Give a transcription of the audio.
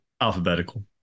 alphabetical